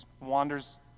wanders